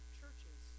churches